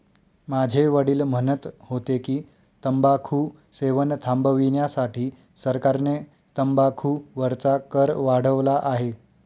माझे वडील म्हणत होते की, तंबाखू सेवन थांबविण्यासाठी सरकारने तंबाखू वरचा कर वाढवला आहे